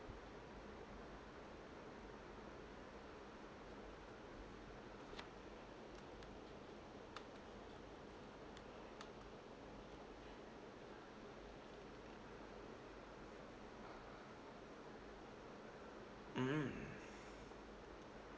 mm